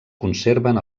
conserven